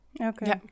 Okay